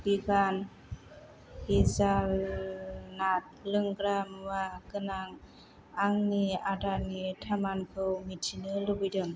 began तिजाल नाथ लोंग्रा मुवा गोनां आंनि आदारनि खामानखौ मिथिनो लुबैदों